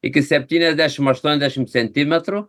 iki septyniasdešimt aštuoniasdešimt centimetrų